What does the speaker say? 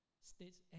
states